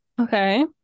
Okay